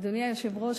אדוני היושב-ראש,